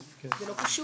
זה לא קשור.